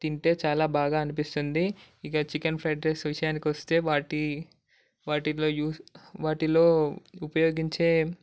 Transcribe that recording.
తింటే చాలా బాగా అనిపిస్తుంది ఇక చికెన్ ఫ్రైడ్ రైస్ విషయానికి వస్తే వాటి వాటిలో యూస్ వాటిలో ఉపయోగించే